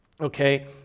Okay